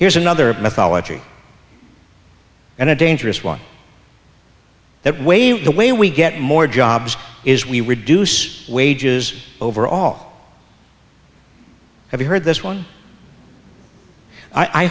here's another mythology and a dangerous one that way the way we get more jobs is we reduce wages overall have you heard this one i